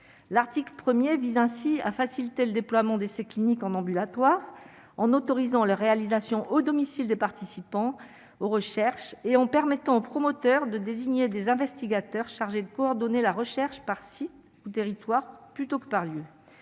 l'article 1er vise ainsi à faciliter le déploiement d'essais cliniques en ambulatoire en autorisant la réalisation au domicile des participants aux recherches et en permettant aux promoteurs de désigner des investigateurs chargé de coordonner la recherche par-ci, territoire plutôt que par lieu,